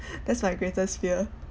that's my greatest fear